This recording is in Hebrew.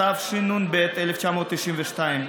התשנ"ב 1992,